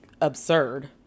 absurd